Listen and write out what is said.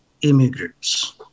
immigrants